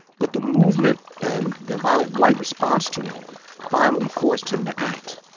but the movement and the violent white response to it finally forced him to act.